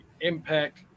Impact